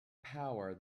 power